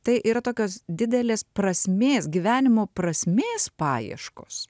tai yra tokios didelės prasmės gyvenimo prasmės paieškos